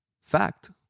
fact